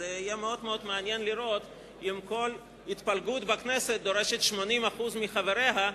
אז יהיה מאוד מעניין לראות אם כל התפלגות בכנסת דורשת 80% מחבריה.